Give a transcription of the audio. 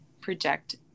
project